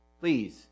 please